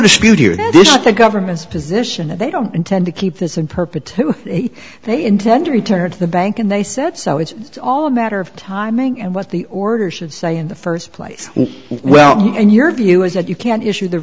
dispute here that this is the government's position that they don't intend to keep this in perpetuity they intend to return to the bank and they said so it's all a matter of timing and what the order should say in the first place well and your view is that you can't issue the